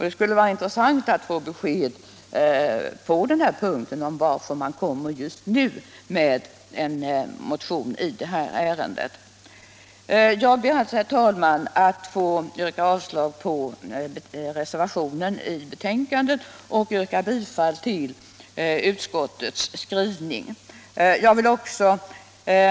Det skulle vara intressant att få besked om varför man just nu väcker en motion i ärendet. Jag ber alltså, herr talman, att få yrka avslag på reservationen och bifall till utskottets hemställan.